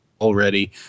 already